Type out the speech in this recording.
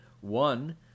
One